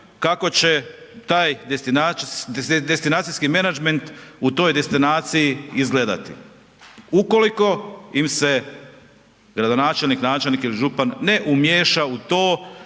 kako će taj destinacijski menadžment u toj destinaciji izgledati. Ukoliko im se gradonačelnik, načelnik ili župan ne umiješa u to